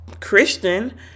Christian